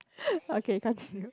okay continue